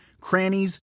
crannies